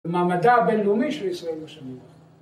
במעמדה הבינלאומית של ישראל בשבילנו.